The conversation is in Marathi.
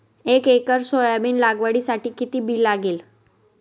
एक एकर सोयाबीन लागवडीसाठी किती बी लागेल?